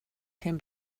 can